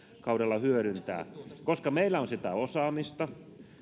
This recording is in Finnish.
hyödyntää koska meillä on sitä osaamista